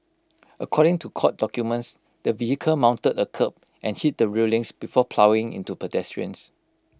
according to court documents the vehicle mounted A kerb and hit the railings before ploughing into pedestrians